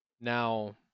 Now